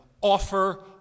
offer